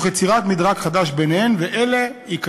תוך יצירת מדרג חדש שלהן.